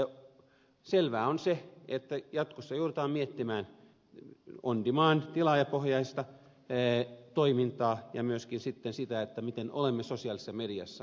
mutta selvää on se että jatkossa joudutaan miettimään on demand toimintaa tilaajapohjaista toimintaa ja myöskin sitten sitä miten olemme sosiaalisessa mediassa